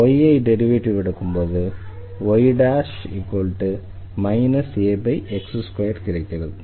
y ஐ derivative எடுக்கும்போது y Ax2 கிடைக்கிறது